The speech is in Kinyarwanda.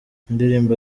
indirimbo